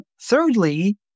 thirdly